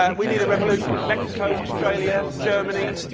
ah we need a revolution. mexico, australia, germany,